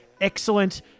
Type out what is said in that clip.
excellent